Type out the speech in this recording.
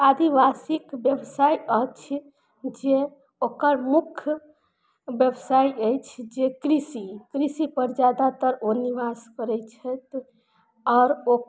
आदिवासीक व्यवसाय अछि जे ओकर मुख्य व्यवसाय अछि जे कृषि कृषिपर जादातर ओ निवास करय छथि आओर ओ